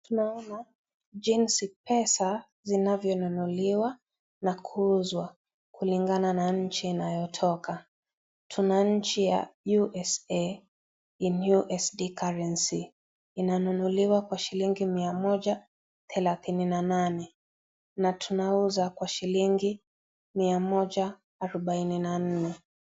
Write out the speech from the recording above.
Tunaona jinsia pesa zinavyonunuliwa na kuuzwa kulingana na nchi inayotoka ,tuna nchi ya USA , in USD currency inanunuliwa kwa shilingi mia moja thelatini na nane na tunauza kwa shilingi mia moja arubaine na nne.